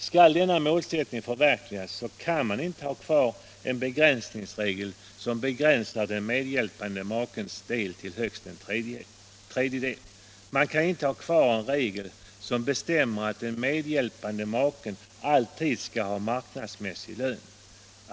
Skall denna målsättning förverkligas, kan man inte ha kvar en regel som begränsar den medhjälpande makens del av inkomsten till högst en tredjedel. Man kan inte ha kvar en regel som bestämmer att den medhjälpande maken alltid skall ha marknadsmässig lön.